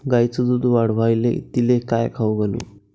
गायीचं दुध वाढवायले तिले काय खाऊ घालू?